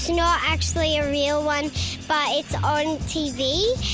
you know actually a real one but it's on tv.